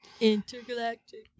Intergalactic